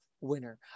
winner